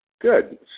Good